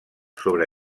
sobre